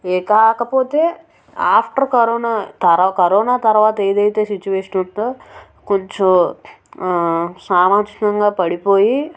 ఏ కాకపోతే after corona తర్వా corona తరువాత ఏది అయితే సిచ్యువేషన్ ఉందో కొంచెం సామాజికంగా పడిపోయి